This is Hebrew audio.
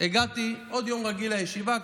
הגעתי לעוד יום רגיל בישיבה,